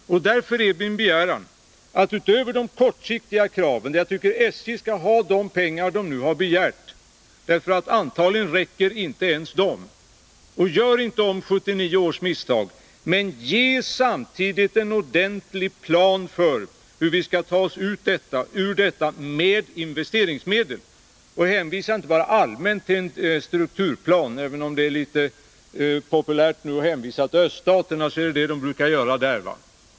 Därför är min begäran, utöver det kortsiktiga kravet, att SJ får de pengar som nu äskats — antagligen räcker inte ens de: Gör inte om 1979 års misstag! Ange en ordentlig plan för hur vi skall lösa denna fråga med investeringsmedel, och hänvisa inte bara allmänt till en strukturplan — även om det är ganska populärt att hänvisa till hur man gör i öststaterna.